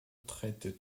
traite